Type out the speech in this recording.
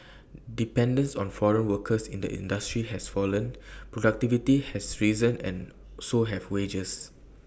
dependence on foreign workers in the industry has fallen productivity has risen and so have wages